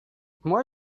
moi